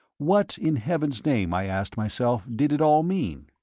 what, in heaven's name, i asked myself, did it all mean?